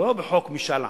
לא בחוק משאל עם,